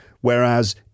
whereas